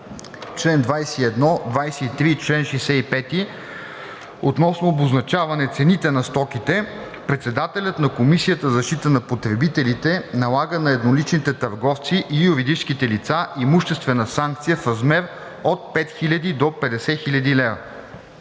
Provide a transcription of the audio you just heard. чл. 21, 23 и чл. 65 относно обозначаване цените на стоките, председателят на Комисията за защита на потребителите налага на едноличните търговци и юридическите лица имуществена санкция в размер от 5000 до 50 000 лв.